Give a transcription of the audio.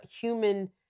human